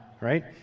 right